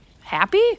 happy